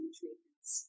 treatments